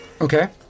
Okay